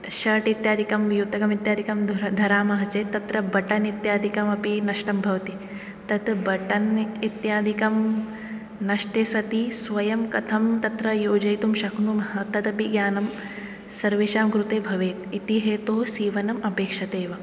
shirt इत्यादिकं युतकम् इत्यादिकं धरामः चेत् तत्र बटन् इत्यादिकम् अपि नष्टं भवति तद् बटन् इत्यादिकं नष्टे सति स्वयं कथं तत्र योजयितुं शक्नुमः तदपि ज्ञानं सर्वेषां कृते भवेत् इति हेतोः सीवनम् अपेक्षते एव